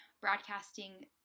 broadcasting